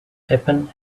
happen